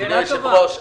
אדוני היושב ראש,